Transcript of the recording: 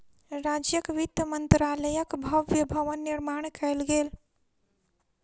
राज्यक वित्त मंत्रालयक भव्य भवन निर्माण कयल गेल